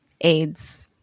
AIDS